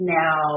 now